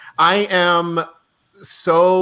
i am so